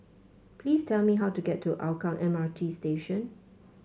please tell me how to get to Hougang M R T Station